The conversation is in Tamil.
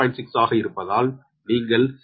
6 ஆக இருப்பதால் நீங்கள் 6